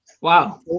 Wow